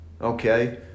Okay